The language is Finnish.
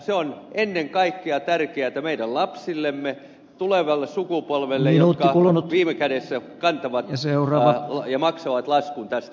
se on ennen kaikkea tärkeätä meidän lapsillemme tulevalle sukupolvelle joka viime kädessä maksaa laskun tästä tilanteesta